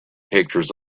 pictures